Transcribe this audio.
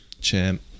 champ